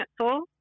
cancel